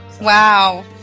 Wow